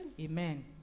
Amen